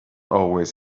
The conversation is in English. always